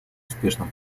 успешно